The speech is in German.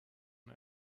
nur